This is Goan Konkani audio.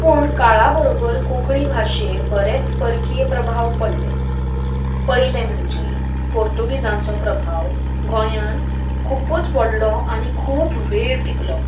पूण काळा बरोबर कोंकणी भाशेर बरेच परकीय प्रभाव पडले पयलें म्हणजे पोर्तुगीजांचो प्रभाव गोंयान खुपूच व्हडलो आनी खूब वेळ टिकलो